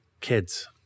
kids